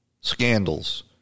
scandals